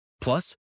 Plus